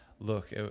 Look